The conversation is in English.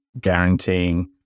guaranteeing